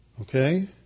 Okay